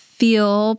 feel